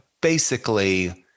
basically-